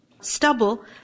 stubble